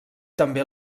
també